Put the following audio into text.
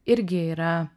irgi yra